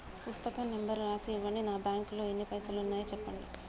పుస్తకం నెంబరు రాసి ఇవ్వండి? నా బ్యాంకు లో ఎన్ని పైసలు ఉన్నాయో చెప్పండి?